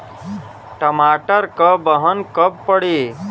टमाटर क बहन कब पड़ी?